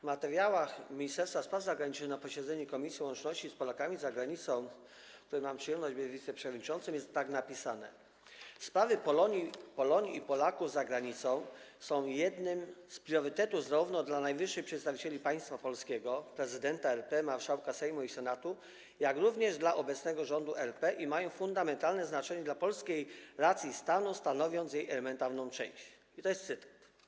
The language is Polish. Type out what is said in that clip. W materiałach Ministerstwa Spraw Zagranicznych przedstawionych na posiedzeniu Komisji Łączności z Polakami za Granicą, której mam przyjemność być wiceprzewodniczącym, jest napisane: Sprawy Polonii i Polaków za granicą są jednym z priorytetów zarówno dla najwyższych przedstawicieli państwa polskiego, prezydenta RP, marszałków Sejmu i Senatu, jak również dla obecnego rządu RP i mają fundamentalne znaczenie dla polskiej racji stanu, stanowiąc jej elementarną część - to jest cytat.